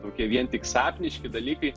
tokie vien tik sapniški dalykai